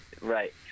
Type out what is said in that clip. Right